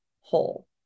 whole